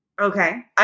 Okay